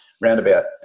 roundabout